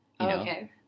Okay